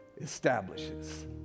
establishes